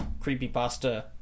creepypasta